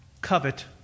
covet